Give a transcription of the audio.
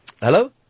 Hello